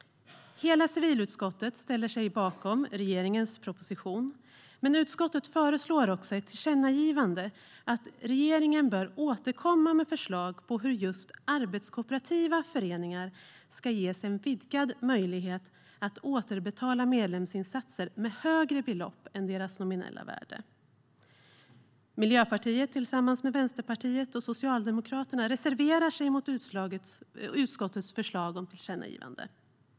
Hela civilutskottet ställer sig bakom regeringens proposition men föreslår också i ett tillkännagivande att regeringen bör återkomma med förslag på hur just arbetskooperativa föreningar ska ges en vidgad möjlighet att återbetala medlemsinsatser med högre belopp än deras nominella värde. Miljöpartiet reserverar sig tillsammans med Vänsterpartiet och Socialdemokraterna mot utskottets förslag till tillkännagivande.